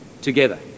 together